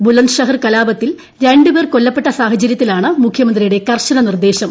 ബുലന്ദ്ഷ്യൻ കലാപത്തിൽ രണ്ടു പേർ കൊല്ലപ്പെട്ട സാഹചര്യത്തിലാണ് മുഖ്യമന്ത്രിയുടെ കർശന നിർദ്ദേശം